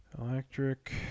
Electric